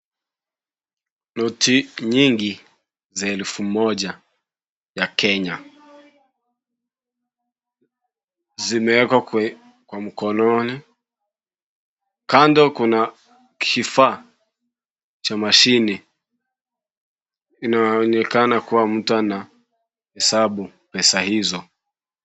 Noti nyingi za elfu moja ya Kenya, zimewekwa mkononi, kando kuna kifaa cha mashine inayoonekana kuwa mtu anahesabu pesa hizo.